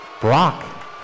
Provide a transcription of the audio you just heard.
Brock